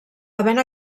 havent